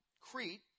Crete